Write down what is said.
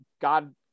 God